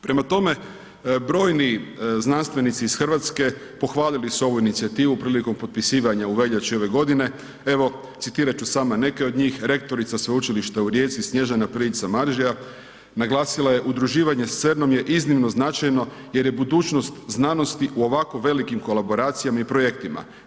Prema tome, brojni znanstvenici iz Hrvatske pohvalili su ovu inicijativu prilikom potpisivanja u veljači ove godine, evo, citirat ću samo neke od njih, rektorica Sveučilišta u Rijeci Snježana ... Samaržija naglasila je udruživanje sa CERN-om je iznimno značajno jer je budućnost znanosti u ovako velikim kolaboracijama i projektima.